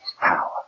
power